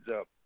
up